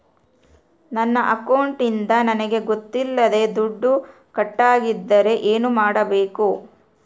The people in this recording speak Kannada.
ನನ್ನ ಅಕೌಂಟಿಂದ ನನಗೆ ಗೊತ್ತಿಲ್ಲದೆ ದುಡ್ಡು ಕಟ್ಟಾಗಿದ್ದರೆ ಏನು ಮಾಡಬೇಕು?